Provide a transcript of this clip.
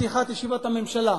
בפתיחת ישיבת הממשלה,